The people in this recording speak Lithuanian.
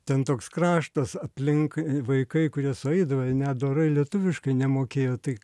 ten toks kraštas aplink vaikai kurie sueidavo net dorai lietuviškai nemokėjo tai